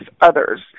others